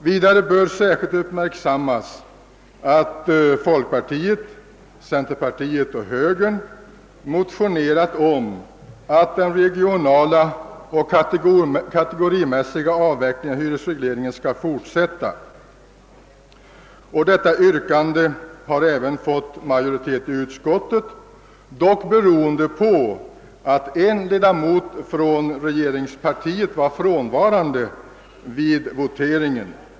Vidare bör särskilt uppmärksammas att folkpartiet, centerpartiet och högern väckt motioner om att den regionala och kategorimässiga avvecklingen av hyresregleringen skall fortsätta. Detta yrkande har även fått stöd av majoriteten i utskottet, vilket dock berott på att en ledamot från regeringspartiet var frånvarande vid voteringen.